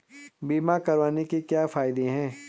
बीमा करवाने के क्या फायदे हैं?